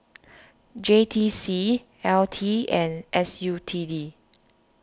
J T C L T and S U T D